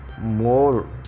more